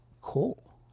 cool